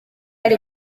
ari